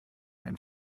einen